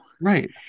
Right